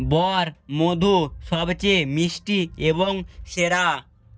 বর মধু সবচেয়ে মিষ্টি এবং সেরা